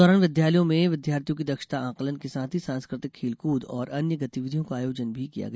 इस दौरान विद्यालयों में विद्यार्थियों की दक्षता आंकलन के साथ ही सांस्कृतिक खेल कूद और अन्य गतिविधियों का आयोजन भी किया गया